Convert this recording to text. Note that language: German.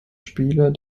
spieler